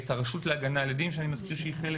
את הרשות להגנה על עדים שאני מזכיר שהיא חלק